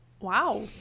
Wow